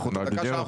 יש לנו את הדקה שלנו,